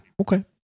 Okay